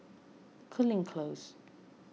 Cooling Close